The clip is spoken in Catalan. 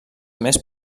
més